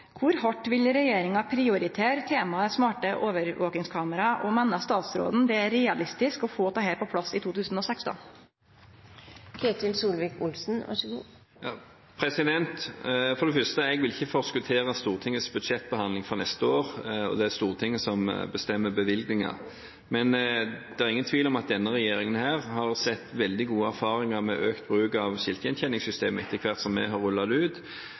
vil regjeringa prioritere temaet «smarte overvakingskamera», og meiner statsråden det er realistisk å få dette på plass i 2016? For det første: Jeg vil ikke forskuttere Stortingets budsjettbehandling for neste år. Det er Stortinget som bestemmer bevilgningene. Men det er ingen tvil om at denne regjeringen har hatt veldig gode erfaringer med økt bruk av skiltgjenkjenningssystem etter hvert som vi har rullet det ut.